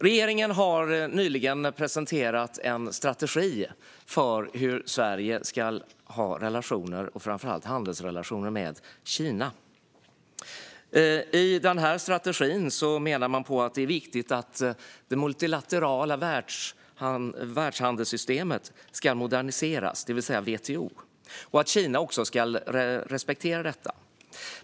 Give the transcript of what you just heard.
Regeringen har nyligen presenterat en strategi för hur Sverige ska ha relationer, och framför allt handelsrelationer, med Kina. I strategin menar man att det är viktigt att det multilaterala världshandelssystemet, det vill säga WTO, ska moderniseras och att Kina ska respektera detta.